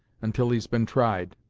until he's been tried.